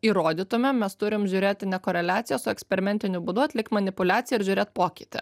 įrodytumėm mes turim žiūrėti ne koreliacijas o eksperimentiniu būdu atlikt manipuliaciją ir žiūrėt pokytį